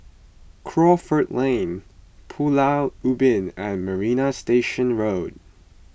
Crawford Lane Pulau Ubin and Marina Station Road